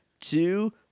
two